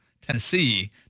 Tennessee